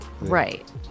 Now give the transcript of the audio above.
right